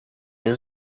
two